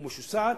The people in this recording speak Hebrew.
ומשוסעת,